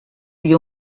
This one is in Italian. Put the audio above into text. agli